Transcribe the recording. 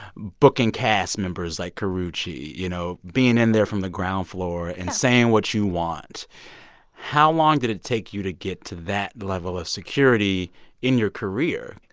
booking cast members, like karrueche, you know, being in there from the ground floor and saying what you want how long did it take you to get to that level of security in your career?